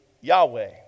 Yahweh